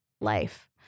life